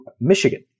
Michigan